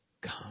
come